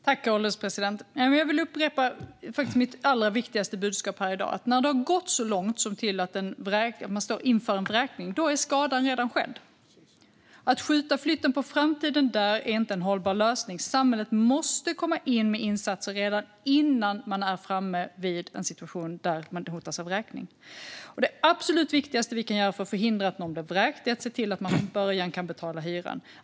Herr ålderspresident! Jag vill upprepa mitt allra viktigaste budskap här i dag, nämligen att när det har gått så långt att man står inför en vräkning är skadan redan skedd. Att skjuta flytten på framtiden är inte en hållbar lösning där, utan samhället måste komma in med insatser redan innan man är framme vid en situation där man hotas av vräkning. Det absolut viktigaste vi kan göra för att förhindra att någon blir vräkt är att se till att man från början kan betala hyran.